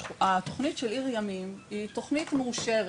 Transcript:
שהתכנית של עיר ימים היא תוכנית מאושרת,